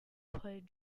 played